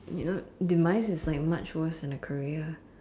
you know demise is like much worse than a career